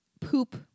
poop